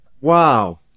Wow